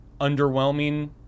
underwhelming